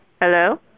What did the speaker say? Hello